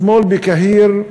אתמול בקהיר,